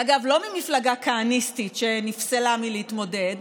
אגב, לא ממפלגה כהניסטית שנפסלה מלהתמודד,